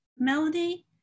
Melody